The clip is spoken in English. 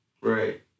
Right